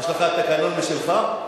יש לך תקנון משלך?